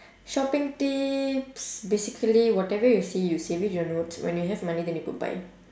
shopping tips basically whatever you see you save in your notes when you have money then you go buy